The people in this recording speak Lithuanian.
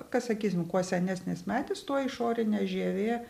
kas sakysim kuo senesnis medis tuo išorinė žievė